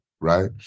right